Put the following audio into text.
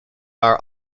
our